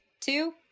two